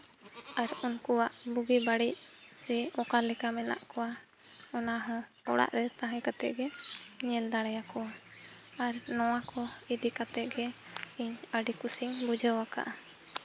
ᱟᱨ ᱩᱱᱠᱩᱣᱟᱜ ᱵᱩᱜᱤ ᱵᱟᱹᱲᱤᱡ ᱥᱮ ᱚᱠᱟ ᱞᱮᱠᱟ ᱢᱮᱱᱟᱜ ᱠᱚᱣᱟ ᱚᱱᱟ ᱦᱚᱸ ᱚᱲᱟᱜ ᱨᱮ ᱛᱟᱦᱮᱸ ᱠᱟᱛᱮ ᱜᱮ ᱧᱮᱞ ᱫᱟᱲᱮᱭᱟᱠᱚᱣᱟ ᱟᱨ ᱱᱚᱣᱟ ᱠᱚ ᱤᱫᱤ ᱠᱟᱛᱮ ᱜᱮ ᱤᱧ ᱟᱹᱰᱤ ᱠᱩᱥᱤᱧ ᱵᱩᱡᱷᱟᱹᱣ ᱟᱠᱟᱜᱼᱟ